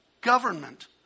government